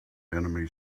enemy